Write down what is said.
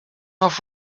off